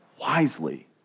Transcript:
wisely